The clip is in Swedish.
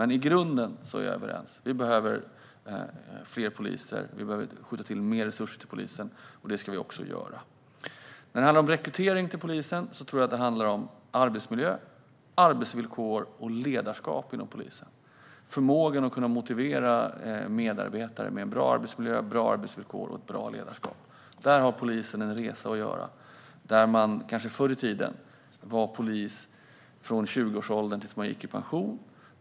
I grunden är vi dock överens. Vi behöver fler poliser, och vi behöver skjuta till mer resurser till polisen, vilket vi också ska göra. Beträffande rekrytering till polisen tror jag att det handlar om arbetsmiljö, arbetsvillkor och ledarskap inom polisen. Polisen har en resa att göra när det gäller förmågan att motivera medarbetare med bra arbetsmiljö, bra arbetsvillkor och ett bra ledarskap. Förr i tiden kanske man var polis från 20årsåldern tills man gick i pension.